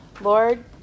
Lord